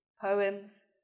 poems